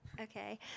Okay